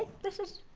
this is.